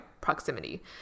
proximity